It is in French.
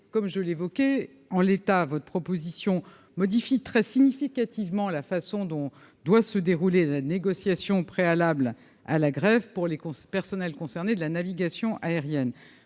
comme je l'évoquais en l'état, votre proposition modifie très significativement la façon dont doit se dérouler la négociation préalable à la grève pour les conseils personnels concernés de la navigation aérienne,